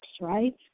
right